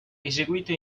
eseguito